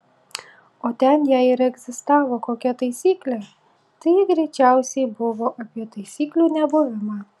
o ten jei ir egzistavo kokia taisyklė tai ji greičiausiai buvo apie taisyklių nebuvimą